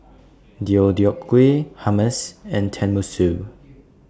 Deodeok Gui Hummus and Tenmusu